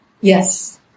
Yes